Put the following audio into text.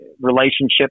relationship